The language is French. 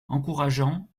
encourageant